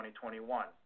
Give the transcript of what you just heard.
2021